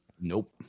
Nope